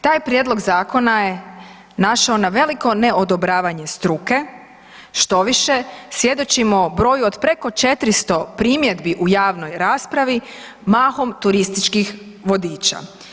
Taj prijedlog Zakona je naišao na veliko neodobravanje struke, štoviše, svjedočimo broju od preko 400 primjedbi u javnoj raspravi, mahom turističkih vodiča.